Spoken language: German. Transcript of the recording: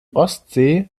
ostsee